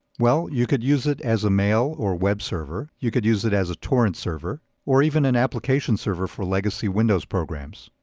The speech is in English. well, you could use it as a mail or web server, you could use it as a torrent server, or even an application server for legacy windows programs.